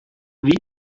wie